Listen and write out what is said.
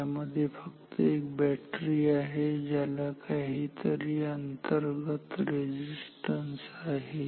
यामध्ये फक्त एक बॅटरी आहे ज्याला काहीतरी अंतर्गत रेझिस्टन्स आहे